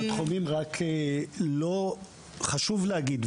חשוב להגיד,